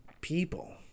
people